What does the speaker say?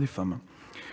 des femmes.